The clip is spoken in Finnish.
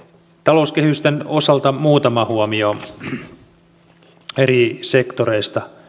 talouskehysten osalta muutama huomio eri sektoreista